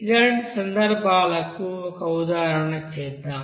ఇలాంటి సందర్భాలకు ఒక ఉదాహరణ చేద్దాం